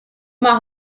más